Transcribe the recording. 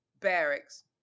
barracks